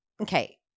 Okay